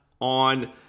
on